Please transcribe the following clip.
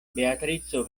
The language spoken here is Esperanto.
beatrico